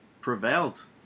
prevailed